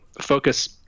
focus